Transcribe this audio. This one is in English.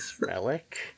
Relic